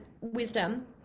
wisdom